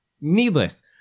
Needless